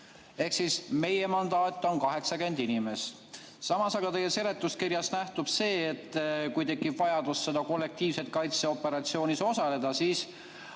ehk meie mandaat on 80 inimest. Samas teie seletuskirjast nähtub see, et kui tekib vajadus kollektiivkaitseoperatsioonis osaleda, siis